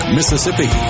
Mississippi